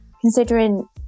considering